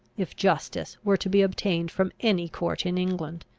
if justice were to be obtained from any court in england.